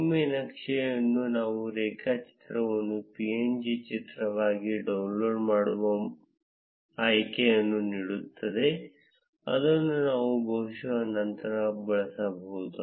ಒಮ್ಮೆ ನಕ್ಷೆಯನ್ನು ಇದು ರೇಖಾಚಿತ್ರವನ್ನು png ಚಿತ್ರವಾಗಿ ಡೌನ್ಲೋಡ್ ಮಾಡುವ ಆಯ್ಕೆಯನ್ನು ನೀಡುತ್ತದೆ ಅದನ್ನು ನಾವು ಬಹುಶಃ ನಂತರ ಬಳಸಬಹುದು